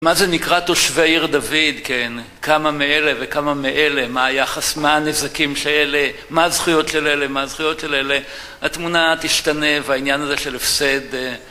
מה זה נקרא תושבי עיר דוד, כן? כמה מאלה וכמה מאלה? מה היחס, מה הנזקים שאלה... מה הזכויות של אלה? מה הזכויות של אלה? התמונה תשתנה והעניין הזה של הפסד...